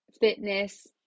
fitness